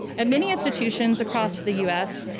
at many institutions across the us,